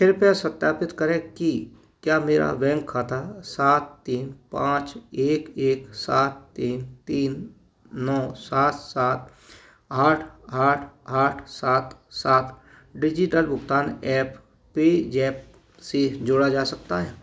कृपया सत्यापित करें कि क्या मेरा बैंक खाता सात तीन पाँच एक एक सात तीन तीन नौ सात सात आठ आठ आठ सात सात डिजिटल भुगतान ऐप पेज़ैप से जोड़ा जा सकता है